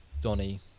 Donny